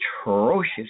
atrocious